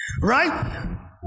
Right